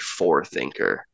forethinker